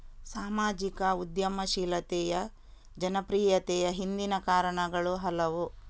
ಸಾಮಾಜಿಕ ಉದ್ಯಮಶೀಲತೆಯ ಜನಪ್ರಿಯತೆಯ ಹಿಂದಿನ ಕಾರಣಗಳು ಹಲವು